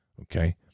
Okay